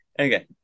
Okay